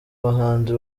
bahanzi